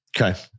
Okay